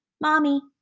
Mommy